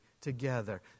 together